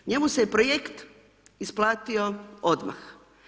Njemu se je projekt isplatio odmah.